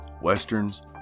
westerns